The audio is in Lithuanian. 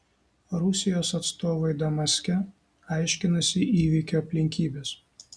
rusijos atstovai damaske aiškinasi įvykio aplinkybes